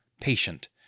patient